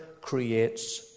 creates